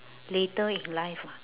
later in life ah